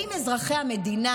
האם אזרחי המדינה,